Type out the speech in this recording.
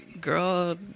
Girl